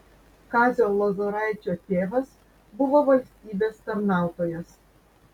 kazio lozoraičio tėvas buvo valstybės tarnautojas